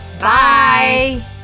Bye